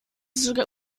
sogar